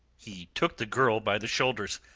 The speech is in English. he took the girl by the shoulders.